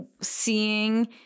seeing